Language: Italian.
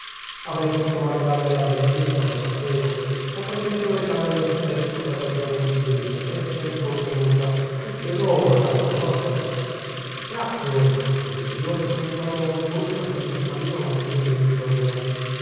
avrei potuto mandarle l'avviso di ciò che sapevo ma ho preferito recarlo io stesso per ragioni di delicatezza e di convenienza che spero vorrà riconoscere grazie rispose il priore con un tono di voce da cui traspariva un filo d'ironia